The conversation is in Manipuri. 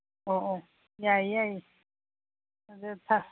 ꯑꯣ ꯑꯣ ꯌꯥꯏꯌꯦ ꯌꯥꯏꯌꯦ ꯑꯗꯨ